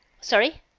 sorry